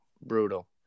Brutal